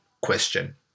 question